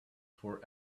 for